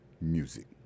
Music